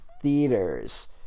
theaters